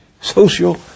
Social